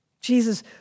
Jesus